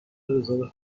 رزرو